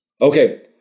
Okay